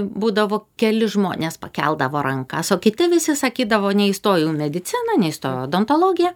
būdavo keli žmonės pakeldavo rankas o kiti visi sakydavo neįstojau į mediciną neįstojau odontologiją